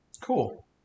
cool